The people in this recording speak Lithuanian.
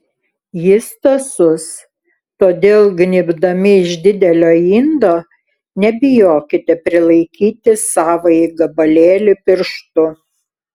jis tąsus todėl gnybdami iš didelio indo nebijokite prilaikyti savąjį gabalėlį pirštu